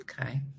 Okay